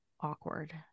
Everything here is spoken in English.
awkward